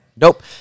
Nope